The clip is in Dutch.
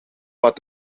wat